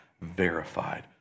verified